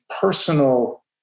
personal